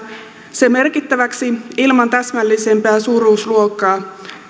se merkittäväksi ilman täsmällisempää suuruusluokkaa